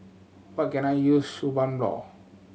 what can I use Suu Balm